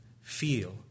feel